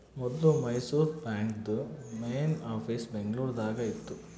ಮೊದ್ಲು ಮೈಸೂರು ಬಾಂಕ್ದು main office Bengaluru ದಾಗ ಇತ್ತು